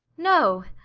no.